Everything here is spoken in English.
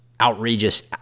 outrageous—